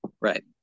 right